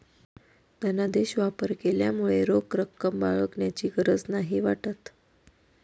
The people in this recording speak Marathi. धनादेश वापर केल्यामुळे रोख रक्कम बाळगण्याची गरज नाही वाटत